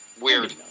weird